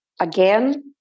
Again